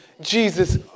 Jesus